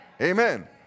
Amen